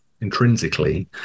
intrinsically